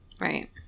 Right